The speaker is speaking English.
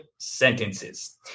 sentences